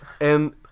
and-